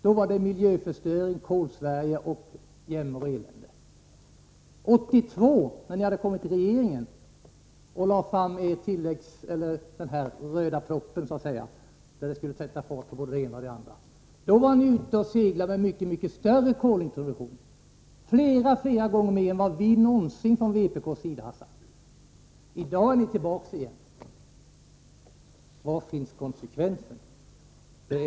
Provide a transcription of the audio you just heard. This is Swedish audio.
Då talade ni om miljöförstöring, Kolsverige och det var annat jämmer och elände, 1982, när ni hade kommit i regeringsställning och lade fram den s.k. röda propositionen som skulle sätta fart på både det ena och det andra, ville ni ha en mycket större kolintroduktion, flera gånger större än vad vi från vpk någonsin har krävt. I dag är ni tillbaka igen. Var finns konsekvensen?